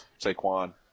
Saquon